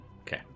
okay